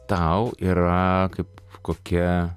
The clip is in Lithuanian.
tau yra kaip kokia